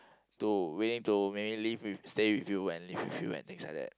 to willing to maybe live with stay with you and live with you and things like that